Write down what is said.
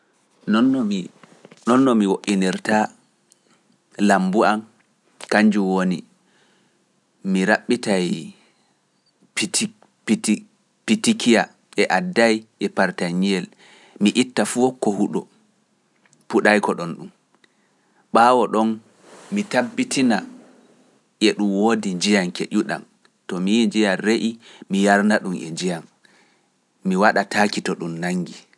Non no mi woɗɗinirta lambu an, kanjum woni, mi raɓɓitay pitikiya e adday e parta ñiyel, mi itta fuu ko huɗo puɗay ko ɗon ɗum, ɓaawo ɗon mi tabbitina e ɗum woodi njiyam keƴuɗam, to mi njiyam re'i mi yarana ɗum e njiyam, mi waɗa taaki to ɗum nangi.